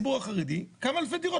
אבל מייעדים לציבור החרדי כמה אלפי דירות.